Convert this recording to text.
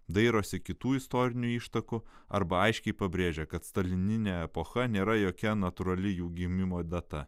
dairosi kitų istorinių ištakų arba aiškiai pabrėžia kad stalininė epocha nėra jokia natūrali jų gimimo data